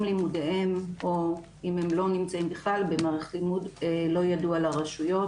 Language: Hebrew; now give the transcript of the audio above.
לימודיהם או אם הם לא נמצאים בכלל במערכת לימוד לא ידוע לרשויות,